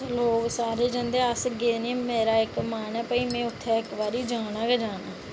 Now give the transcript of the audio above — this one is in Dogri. लोक सारे जंदे ते अस गे निं मेरा इक्क मन ऐ कि भाई में उत्थै इक्क बारी जाना गै जाना ऐ